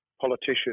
politician